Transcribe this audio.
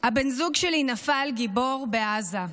"בן הזוג שלי נפל גיבור בעזה.